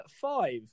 five